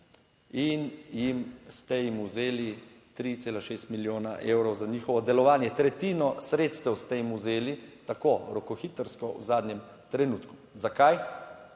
in ste jim vzeli 3,6 milijona evrov za njihovo delovanje, tretjino sredstev ste jim vzeli tako rokohitrsko v zadnjem trenutku. Zakaj?